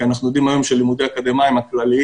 כי אנחנו יודעים היום שלימודי אקדמאיים הכלליים